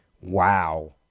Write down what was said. wow